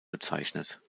bezeichnet